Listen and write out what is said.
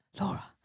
Laura